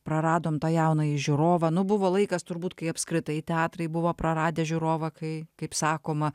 praradom tą jaunąjį žiūrovą nu buvo laikas turbūt kai apskritai teatrai buvo praradę žiūrovą kai kaip sakoma